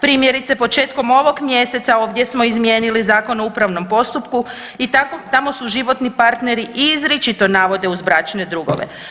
Primjerice početkom ovog mjeseca ovdje smo izmijenili Zakon o upravnom postupku i tamo su životni partneri izričito navode uz bračne drugove.